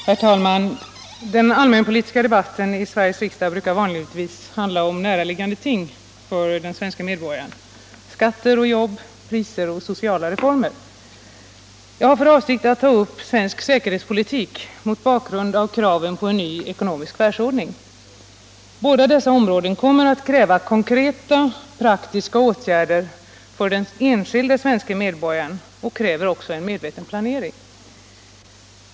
Herr talman! Den allmänpolitiska debatten i Sveriges riksdag handlar vanligtvis om näraliggande ting för den svenska medborgaren: skatter, jobb, priser, sociala reformer. Jag har för avsikt att ta upp svensk säkerhetspolitik mot bakgrund av kraven på en ny ekonomisk världsordning. Båda dessa områden kommer att kräva konkreta, praktiska åtgärder för den enskilde svenska medborgaren och kräver en medveten planering.